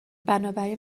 بنابراین